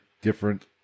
different